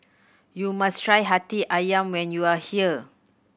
you must try Hati Ayam when you are here